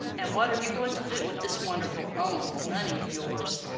and what are you going to do with this wonderful own money of yours?